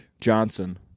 Johnson